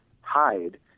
hide